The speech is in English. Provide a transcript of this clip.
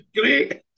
great